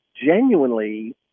genuinely